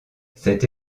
cette